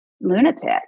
lunatic